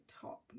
top